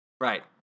Right